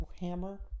Hammer